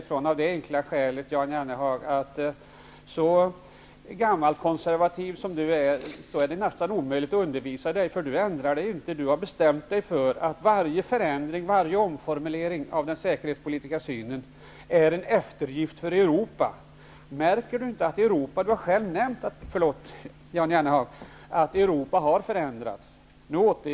Det gör jag av det enkla skälet, Jan Jennehag, att så gammalkonservativ som Jan Jennehag är, är det nästan omöjligt att undervisa honom. Han ändrar sig inte. Han har bestämt sig för att varje förändring, varje omformulering av den säkerhetpolitiska synen, är en eftergift för Europa. Märker inte Jan Jennehag att Europa har förändrats?